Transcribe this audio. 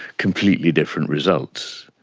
completely different results.